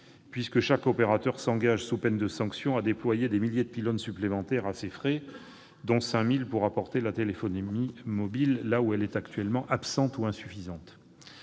puisque chaque opérateur s'est engagé, sous peine de sanctions, à déployer des milliers de pylônes supplémentaires à ses frais, dont 5 000 pour apporter la téléphonie mobile là où elle est actuellement absente ou insuffisante.